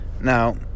Now